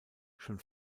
schon